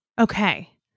Okay